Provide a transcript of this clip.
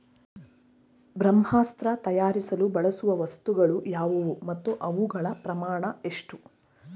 ಬ್ರಹ್ಮಾಸ್ತ್ರ ತಯಾರಿಸಲು ಬಳಸುವ ವಸ್ತುಗಳು ಯಾವುವು ಮತ್ತು ಅವುಗಳ ಪ್ರಮಾಣ ಎಷ್ಟು?